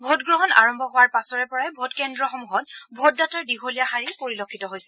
ভোটগ্ৰহণ আৰম্ভ হোৱাৰ পাছৰে পৰাই ভোটকেন্দ্ৰসমূহত ভোটদাতাৰ দীঘলীয়া শাৰী পৰিলক্ষিত হৈছে